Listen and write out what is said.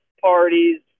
parties